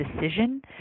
decision